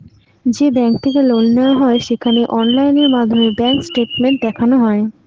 যে ব্যাঙ্ক থেকে লোন নেওয়া হয় সেখানে অনলাইন মাধ্যমে ব্যাঙ্ক স্টেটমেন্ট দেখানো হয়